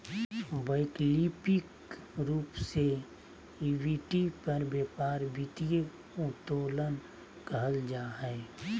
वैकल्पिक रूप से इक्विटी पर व्यापार वित्तीय उत्तोलन कहल जा हइ